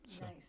Nice